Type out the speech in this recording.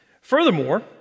Furthermore